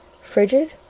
frigid